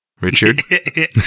Richard